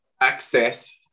access